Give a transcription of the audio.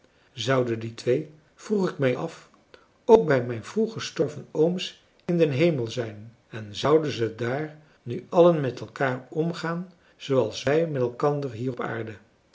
zouden die twee vroeg ik mij af ook bij mijn vroeggestorven ooms in den hemel zijn en zouden ze daar nu allen met elkaar omgaan zooals wij met elkander hier op aarde